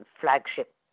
flagship